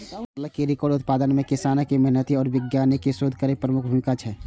फसलक रिकॉर्ड उत्पादन मे किसानक मेहनति आ वैज्ञानिकक शोध केर प्रमुख भूमिका छै